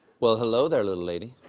well, hello there, little lady.